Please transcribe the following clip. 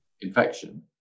infection